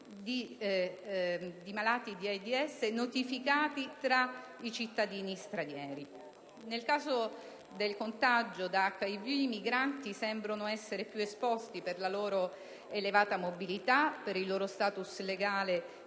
di malati di AIDS notificati tra i cittadini stranieri. Nel caso del contagio da HIV i migranti sembrano essere più esposti per la loro elevata mobilità e per il loro *status* legale